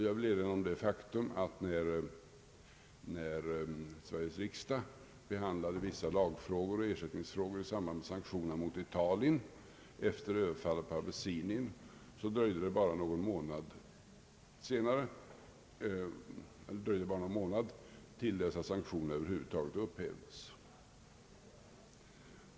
Jag vill erinra om det faktum att när Sveriges riksdag behandlade vissa lagstiftningsfrågor och ersättningsfrågor i samband med sanktionerna mot Italien efter överfallet på Abessinien, dröjde det bara någon månad innan dessa sanktioner upphävdes.